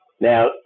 Now